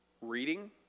Reading